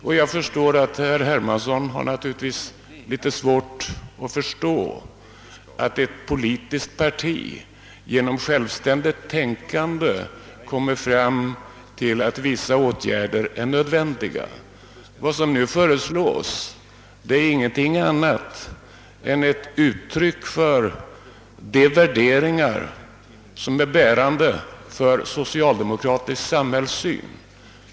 Men herr Hermansson har naturligtvis litet svårt att förstå att ett politiskt parti genom självständigt tänkande kommer fram till att vissa åtgärder är nödvändiga. Vad som nu föreslås är ingenting annat än ett uttryck för de värderingar, som är bärande för socialdemokratisk samhällssyn.